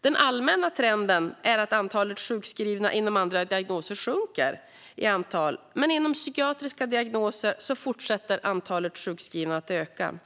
Den allmänna trenden är att antalet sjukskrivna inom andra diagnoser sjunker i antal, men inom psykiatriska diagnoser fortsätter antalet sjukskrivna att öka.